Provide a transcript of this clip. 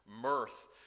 mirth